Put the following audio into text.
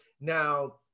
Now